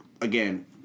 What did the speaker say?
again